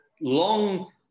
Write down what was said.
long